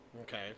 okay